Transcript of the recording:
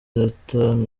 data